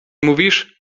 mówisz